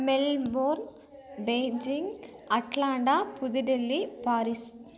Melbourne Beijing Atlanta Pudhu Delhi Paris